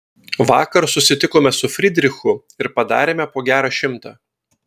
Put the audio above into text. vakar susitikome su fridrichu ir padarėme po gerą šimtą